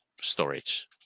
storage